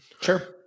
Sure